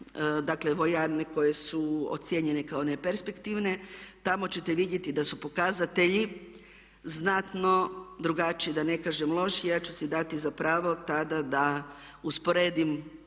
dakle vojarne koje su ocjenjene kao ne perspektivne, tamo ćete vidjeti da su pokazatelji znatno drugačije da ne kažem loši. Ja ću si dati za pravo tada da usporedim